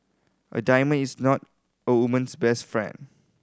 a diamond is not a woman's best friend